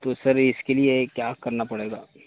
تو سر اس کے لیے کیا کرنا پڑے گا